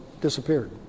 disappeared